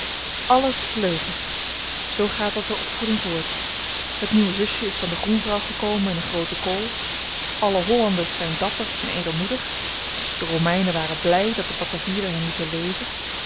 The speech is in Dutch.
alles leugens zoo gaat dan de opvoeding voort het nieuwe zusjen is van de groenvrouw gekomen in een groote kool alle hollanders zyn dapper en edelmoedig de romeinen waren bly dat de batavieren hen lieten leven